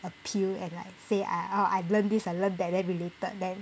appeal and like say I I've learnt this I've learnt that then related then